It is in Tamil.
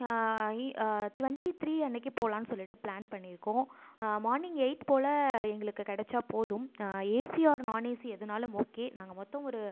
இ டுவெண்ட்டி த்ரீ அன்னிக்கி போகலான் சொல்லிவிட்டு ப்ளான் பண்ணியிருக்கோம் மார்னிங் எயிட் போல் எங்களுக்கு கிடைச்சா போதும் ஏசி ஆர் நான் ஏசி எதுனாலும் ஓகே நாங்கள் மொத்தம் ஒரு